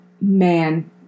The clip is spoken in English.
man